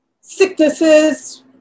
sicknesses